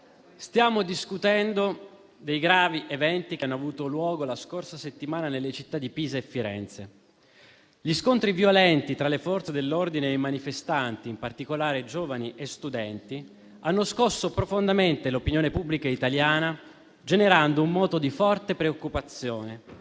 stiamo discutendo dei gravi eventi che hanno avuto luogo la scorsa settimana nelle città di Pisa e Firenze. Gli scontri violenti tra le Forze dell'ordine e i manifestanti, in particolare giovani e studenti, hanno scosso profondamente l'opinione pubblica italiana, generando un moto di forte preoccupazione